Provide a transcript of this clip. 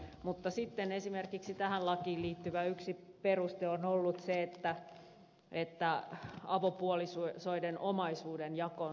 mutta sitten esimerkiksi tähän lakiin liittyvä yksi peruste on ollut se että avopuolisoiden omaisuudenjakoon saadaan selkeyttä